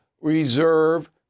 reserve